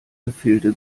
gefilde